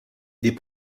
des